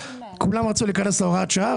כולם רצו להיכנס להוראת השעה.